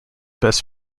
best